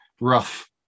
rough